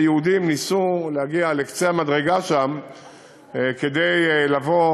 שיהודים ניסו להגיע לקצה המדרגה שם כדי לבוא